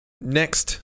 next